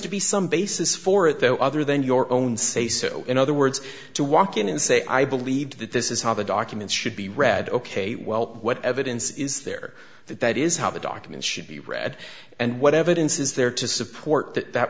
to be some basis for it though other than your own say so in other words to walk in and say i believe that this is how the documents should be read ok well what evidence is there that that is how the documents should be read and what evidence is there to support that that